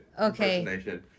Okay